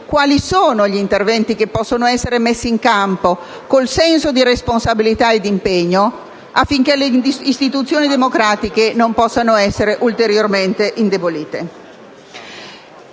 quali sono gli interventi che possono essere messi in campo, con senso di responsabilità e impegno, affinché le istituzioni democratiche non possano essere ulteriormente indebolite.